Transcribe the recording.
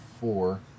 four